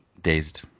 dazed